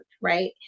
right